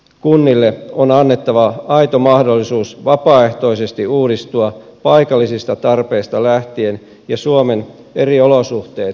kunnille on annettava aito mahdollisuus vapaaehtoisesti uudistua paikallisista tarpeista lähtien ja suomen eri olosuhteet huomioiden